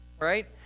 Right